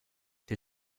der